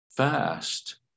Fast